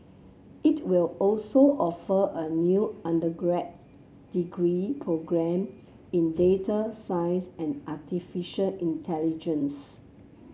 it will also offer a new degree programme in data science and artificial intelligence